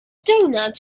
donuts